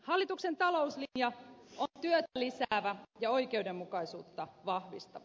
hallituksen talouslinja on työtä lisäävä ja oikeudenmukaisuutta vahvistava